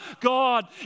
God